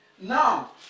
Now